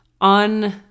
on